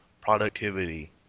productivity